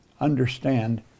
understand